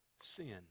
sin